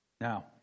Now